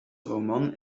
roman